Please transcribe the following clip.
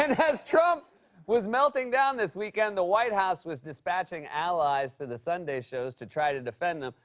and as trump was melting down this weekend, the white house was dispatching allies to the sunday shows to try to defend him.